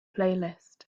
playlist